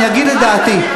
אני אגיד את דעתי,